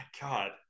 God